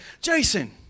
Jason